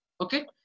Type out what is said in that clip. Okay